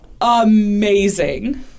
Amazing